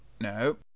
no